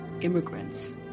immigrants